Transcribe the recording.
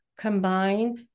combine